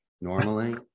normally